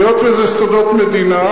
והיות שזה סודות מדינה,